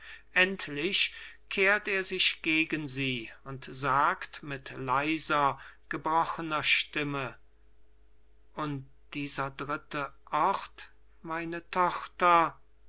endlich kehrt er sich gegen sie und sagt mit leiser gebrochener stimme und dieser dritte ort meine tochter